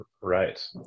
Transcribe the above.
Right